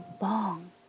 long